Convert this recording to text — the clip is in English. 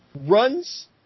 runs